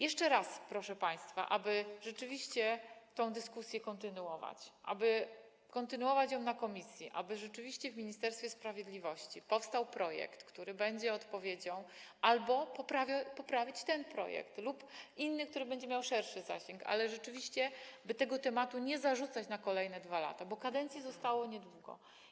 Jeszcze raz, proszę państwa, jest prośba, aby rzeczywiście tę dyskusję kontynuować, aby kontynuować ją w komisji, aby rzeczywiście w Ministerstwie Sprawiedliwości powstał projekt, który będzie odpowiedzią, albo aby poprawić ten projekt lub zaproponować inny, który będzie miał szerszy zasięg, ale rzeczywiście, by tego tematu nie zarzucać na kolejne 2 lata, bo kadencji zostało niedużo.